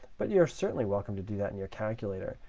but you're certainly welcome to do that in your calculator.